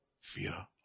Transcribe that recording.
fear